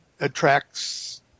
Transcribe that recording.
attracts